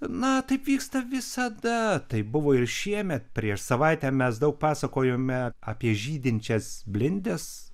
na taip vyksta visada taip buvo ir šiemet prieš savaitę mes daug pasakojome apie žydinčias blindes